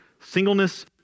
Singleness